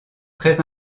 très